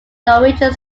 norwegian